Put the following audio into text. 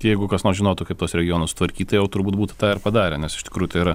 jeigu kas nors žinotų kaip tuos regionus sutvarkyt tai jau turbūt būtų tą ir padarę nes iš tikrųjų yra